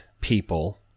people